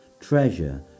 Treasure